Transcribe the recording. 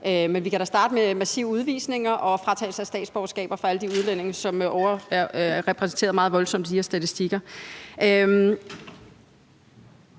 Men vi kan da starte med massive udvisninger og fratagelse af statsborgerskab fra alle de udlændinge, som er repræsenteret meget voldsomt i de her statistikker.